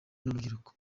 n’urubyiruko